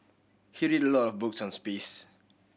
he read a lot of books on space